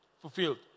fulfilled